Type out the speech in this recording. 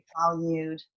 Valued